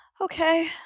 Okay